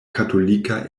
katolika